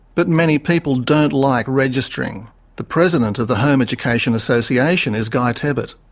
but many people don't like registering. the president of the home education association is guy tebbutt.